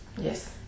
Yes